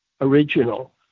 original